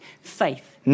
faith